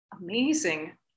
Amazing